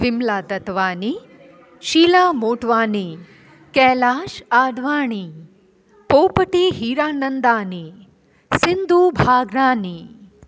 Vimla Datwani Sheela Motwani Kailash Advani Popati Hiranandani Sindhu Bhagrani